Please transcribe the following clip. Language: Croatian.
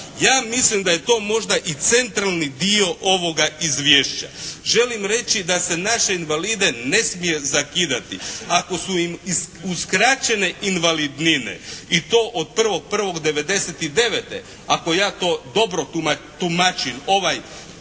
Ja mislim da je to možda i centralni dio ovoga izvješća. Želim reći da se naše invalide ne smije zakidati. Ako su im uskraćene invalidnine i to od 1.1.'99. ako ja to dobro tumačim ovaj